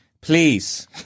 Please